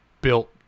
built